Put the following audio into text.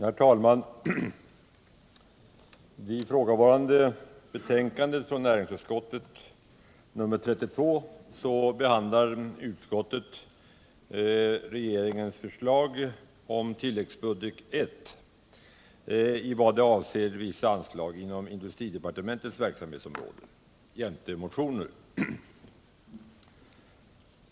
Vissa anslag inom Herr talman! I betänkandet nr 32 behandlar näringsutskottet regeringindustrideparteens förslag om tilläggsbudget I i vad avser vissa anslag inom industri = mentets verksam departementets verksamhetsområde samt ett antal motioner.